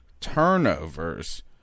turnovers